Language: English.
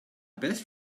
best